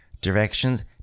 directions